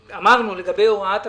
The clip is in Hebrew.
לגבי הוראת השעה,